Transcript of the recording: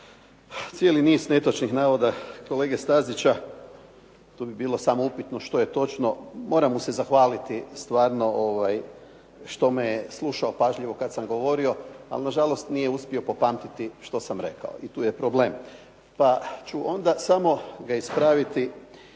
cijeli niz netočnih navoda kolege Stazića, to bi bilo samo upitno što je točno. Moram mu se zahvaliti stvarno što me je slušao pažljivo kada sam govorio, ali nažalost nije uspio popamtiti što sam rekao i tu je problem. Pa ću onda samo ga ispraviti